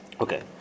Okay